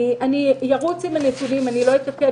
ארוץ עם הנתונים ולא אתעכב,